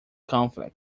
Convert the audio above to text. conflict